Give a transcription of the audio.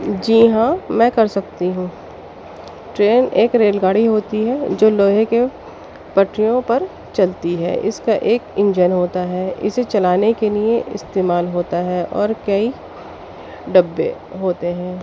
جی ہاں میں کر سکتی ہوں ٹرین ایک ریل گاڑی ہوتی ہے جو لوہے کے پٹریوں پر چلتی ہے اس کا ایک انجن ہوتا ہے اسے چلانے کے لیے استعمال ہوتا ہے اور کئی ڈبّے ہوتے ہیں